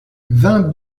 vingt